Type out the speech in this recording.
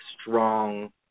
strong